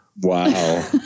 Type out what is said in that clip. Wow